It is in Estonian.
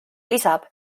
lisab